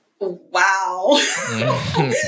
Wow